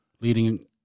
leading –